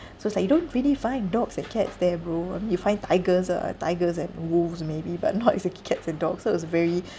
so it's like you don't really find dogs and cats there bro um you find tigers ah tigers and wolves maybe but not is a cats and dogs so it's very